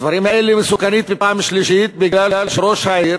הדברים האלה מסוכנים פעם שלישית, כי ראש העיר,